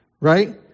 right